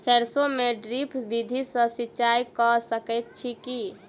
सैरसो मे ड्रिप विधि सँ सिंचाई कऽ सकैत छी की?